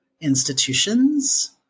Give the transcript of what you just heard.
institutions